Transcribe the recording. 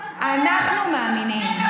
יהודים נרצחו, יהודים,